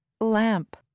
Lamp